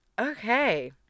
Okay